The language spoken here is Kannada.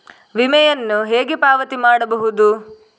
ವಿಮೆಯನ್ನು ಹೇಗೆ ಪಾವತಿ ಮಾಡಬಹುದು?